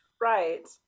Right